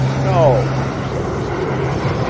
no, said mrs. knapp,